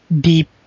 deep